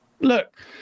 look